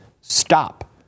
stop